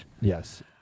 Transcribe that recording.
Yes